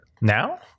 Now